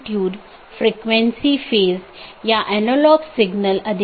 और यह मूल रूप से इन पथ विशेषताओं को लेता है